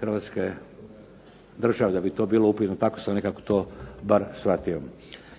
hrvatske države, da bi to bilo upitno, tako sam nekako to bar shvatio.